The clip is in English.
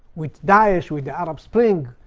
with that issue, with the arab spring,